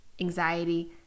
anxiety